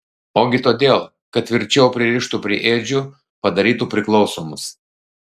ogi todėl kad tvirčiau pririštų prie ėdžių padarytų priklausomus